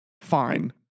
fine